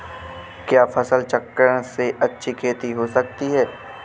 क्या फसल चक्रण से अच्छी खेती हो सकती है?